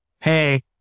Hey